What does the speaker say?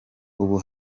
ubu